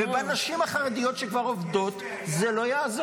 -- ובנשים החרדיות שכבר עובדות, זה לא יעזור.